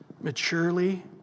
maturely